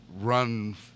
run